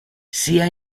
sia